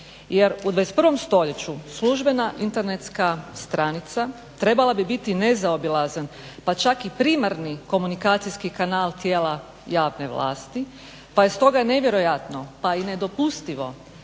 Jer u 21. stoljeću službena internetska stranica trebala bi biti nezaobilazan, pa čak i primarni komunikacijski kanal tijela javne vlasti, pa je stoga nevjerojatno pa i nedopustivo